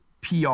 PR –